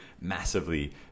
massively